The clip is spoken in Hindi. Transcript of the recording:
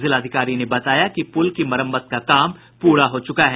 जिलाधिकारी ने बताया कि पुल की मरम्मत का काम पूरा हो चुका है